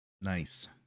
Nice